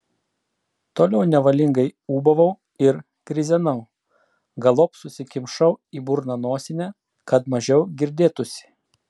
toliau nevalingai ūbavau ir krizenau galop susikimšau į burną nosinę kad mažiau girdėtųsi